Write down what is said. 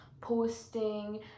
posting